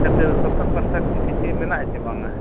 ᱠᱷᱟᱹᱛᱤᱨ ᱥᱚᱨᱠᱟᱨ ᱯᱟᱥᱴᱟ ᱠᱷᱚᱱ ᱠᱤᱪᱷᱩ ᱢᱮᱱᱟᱜᱼᱟ ᱥᱮ ᱵᱟᱝᱟ